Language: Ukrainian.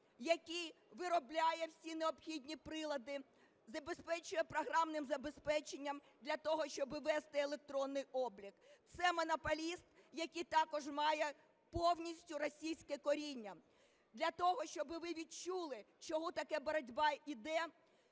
який виробляє всі необхідні прилади, забезпечує програмним забезпеченням для того, щоб вести електронний облік. Це монополіст, який також має повністю російське коріння. Для того, щоб ви відчули, чому така боротьба йде,